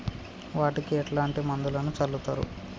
వాటికి ఎట్లాంటి మందులను చల్లుతరు?